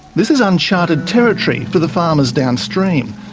this is uncharted territory for the farmers downstream,